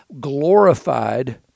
glorified